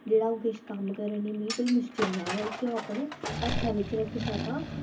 जेह्ड़ा अ'ऊं किश कम्म करै नी मिगी कोई मुश्कल नेईं आवै उसी अ'ऊं अपने हत्थै बिच रक्खी सकां